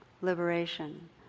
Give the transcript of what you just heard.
liberation